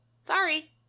Sorry